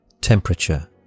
Temperature